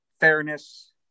fairness